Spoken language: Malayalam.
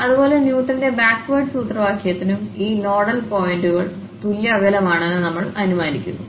അതുപോലെ ന്യൂട്ടന്റെ ബാക്വാർഡ് സൂത്രവാക്യത്തിനും ഈ നോഡൽ പോയിന്റുകൾ തുല്യ അകലമാണെന്ന്നമ്മൾ അനുമാനിക്കുന്നു